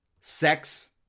Sex